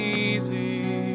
easy